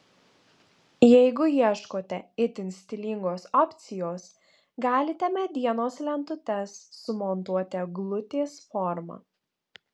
jeigu ieškote itin stilingos opcijos galite medienos lentutes sumontuoti eglutės forma